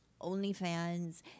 OnlyFans